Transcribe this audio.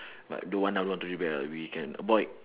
like don't want ah want to rebel we can avoid